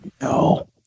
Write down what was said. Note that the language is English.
no